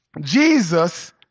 Jesus